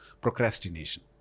procrastination